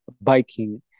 biking